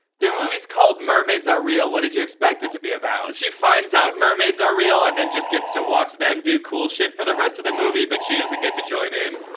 the movie's called mermaids are real. what did you expect it to be about? she finds out mermaids are real and then just gets to watch them do cool shit for the rest of the movie, but she doesn't get to join in.